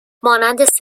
مانند